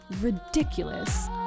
ridiculous